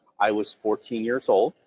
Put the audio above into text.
i was fourteen years old,